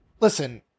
listen